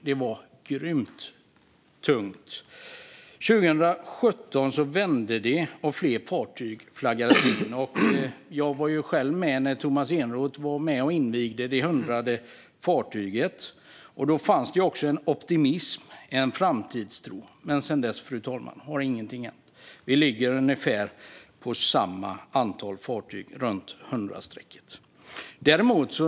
Det var grymt tungt. År 2017 vände det, och fler fartyg flaggades in. Jag var själv med när Tomas Eneroth var med och invigde det 100:e fartyget. Då fanns det också en optimism och en framtidstro. Men sedan dess har ingenting hänt, fru talman. Vi ligger på ungefär samma antal fartyg, runt hundrastrecket.